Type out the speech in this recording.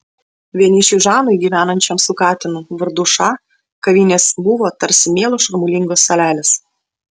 vienišiui žanui gyvenančiam su katinu vardu ša kavinės buvo tarsi mielos šurmulingos salelės